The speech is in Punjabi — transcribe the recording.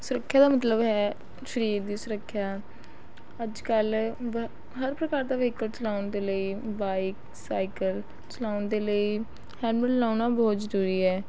ਸੁਰੱਖਿਆ ਦਾ ਮਤਲਬ ਹੈ ਸਰੀਰ ਦੀ ਸੁਰੱਖਿਆ ਅੱਜ ਕੱਲ੍ਹ ਵ ਹਰ ਪ੍ਰਕਾਰ ਦਾ ਵਹੀਕਲ ਚਲਾਉਣ ਦੇ ਲਈ ਬਾਈਕ ਸਾਈਕਲ ਚਲਾਉਣ ਦੇ ਲਈ ਹੈਲਮੈਟ ਲਾਉਣਾ ਬਹੁਤ ਜ਼ਰੂਰੀ ਹੈ